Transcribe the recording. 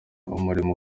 umurimo